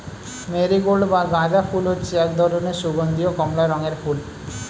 marigold বা গাঁদা ফুল হচ্ছে এক ধরনের সুগন্ধীয় কমলা রঙের ফুল